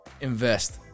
invest